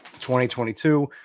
2022